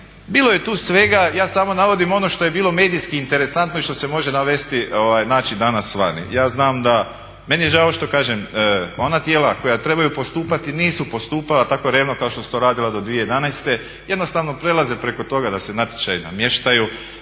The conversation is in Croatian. Bilo je tu svega, ja samo navodim ono što je bilo medijski interesantno i što se može navesti, naći danas vani. Meni je žao što kažem ona tijela koja trebaju postupati nisu postupala tako revno kao što su to radila do 2011., jednostavno prelaze preko toga da se natječaji namještaju,